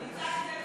תודה.